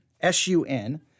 S-U-N